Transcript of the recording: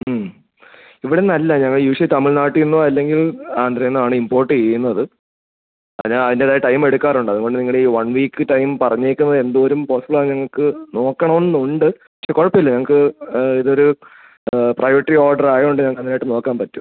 ഇവിടെ നിന്നല്ല ഞങ്ങൾ യൂഷ്വലി തമിഴ്നാട്ടിൽ നിന്നോ അല്ലെങ്കിൽ ആന്ധ്രയിൽ നിന്നോ ഇമ്പോർട്ട് ചെയ്യുന്നത് അതിന് അയിൻ്റേതായ ടൈമെടുക്കാറുണ്ട് അതുകൊണ്ട് നിങ്ങളുടെ ഈ വൺ വീക്ക് ടൈം പറഞ്ഞേക്കുന്നത് എന്തോരം പോസിബിളാണ് ഞങ്ങൾക്ക് നോക്കണം എന്നുണ്ട് പക്ഷേ കുഴപ്പം ഇല്ല ഞങ്ങൾക്ക് ഇതൊരു പ്രൈവറ്റ് ഓഡർ ആയതുകൊണ്ട് ഞാൻ നന്നായിട്ട് നോക്കാൻ പറ്റും